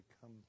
come